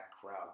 crowd